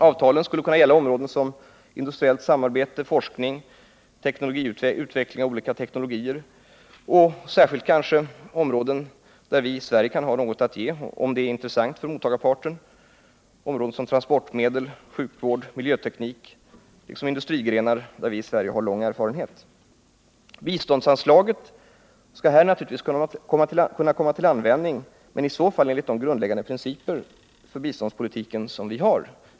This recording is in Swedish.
Avtalen skulle kunna gälla områden som industriellt samarbete, forskning, utveckling av olika teknologier och särskilt kanske områden där vi i Sverige kan ha något att ge — områden som transportmedel, sjukvård, miljöteknik, liksom sådana industrigrenar där vi i Sverige har lång erfarenhet. Biståndsanslagen skall här naturligtvis kunna komma till användning, men i så fall enligt de grundläggande principer för biståndspolitiken som vi har.